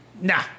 nah